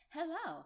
Hello